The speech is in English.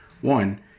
One